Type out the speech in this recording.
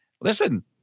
Listen